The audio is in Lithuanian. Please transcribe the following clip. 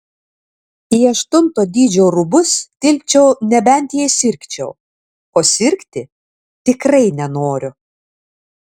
į aštunto dydžio rūbus tilpčiau nebent jei sirgčiau o sirgti tikrai nenoriu